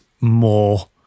more